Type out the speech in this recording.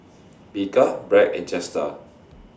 Bika Bragg and Jetstar